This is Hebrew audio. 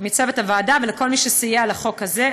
מצוות הוועדה, ולכל מי שסייע לחוק הזה.